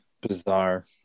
bizarre